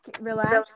relax